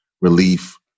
relief